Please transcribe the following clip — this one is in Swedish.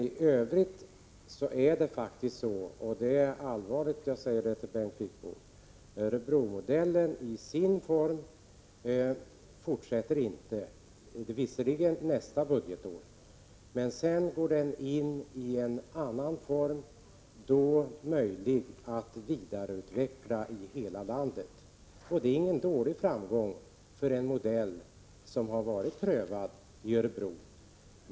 I övrigt vill jag på allvar framhålla för Bengt Wittbom att Örebromodellen justidenna form visserligen inte fortsätter nästa budgetår, utan den går över i en annan form som är möjlig att vidareutveckla i hela landet. Det är ingen dålig framgång för en modell som har varit prövad i Örebro.